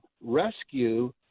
rescue